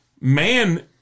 Man